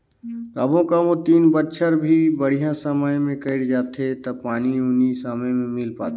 कभों कभों तीन बच्छर भी बड़िहा समय मे कइट जाथें त पानी उनी समे मे मिल पाथे